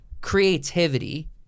creativity